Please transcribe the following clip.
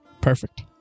Perfect